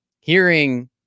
hearing